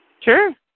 Sure